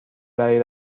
برای